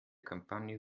kampagne